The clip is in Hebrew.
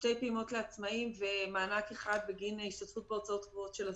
שתי פעימות לעצמאיים ומענק אחד בגין השתתפות בהוצאות קבועות של עסקים.